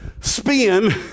spin